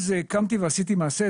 אז קמתי ועשיתי מעשה.